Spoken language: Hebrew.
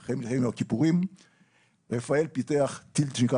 אחרי מלחמת יום הכיפורים רפאל פיתח טיל שנקרא